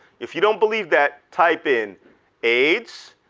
if you don't believe that, type in aids,